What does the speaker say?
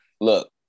look